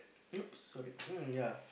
!oops! sorry mm ya